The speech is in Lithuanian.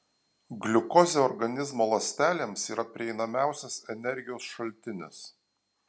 gliukozė organizmo ląstelėms yra prieinamiausias energijos šaltinis